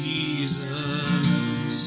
Jesus